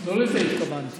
לא לזה התכוונתי.